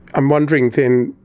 i'm wondering then,